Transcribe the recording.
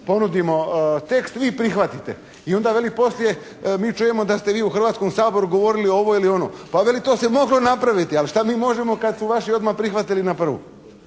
ponudimo tekst, vi prihvatite i onda veli poslije mi čujemo da ste vi u Hrvatskom saboru govorili ovo ili ono. Pa veli to se moglo napraviti, ali šta mi možemo kad su vaši odmah prihvatili na prvu.